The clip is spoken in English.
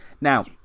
Now